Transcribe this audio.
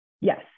Yes